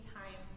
time